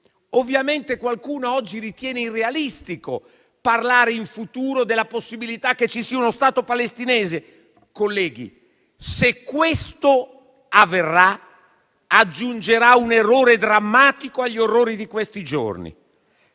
Ovviamente qualcuno oggi ritiene irrealistico parlare in futuro della possibilità che ci sia uno Stato palestinese. Colleghi, se questo avverrà, aggiungerà un errore drammatico agli orrori di questi giorni.